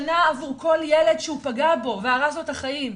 שנה עבור כל ילד שהוא פגע בו והרס לו את החיים.